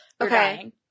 Okay